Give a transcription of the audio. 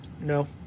No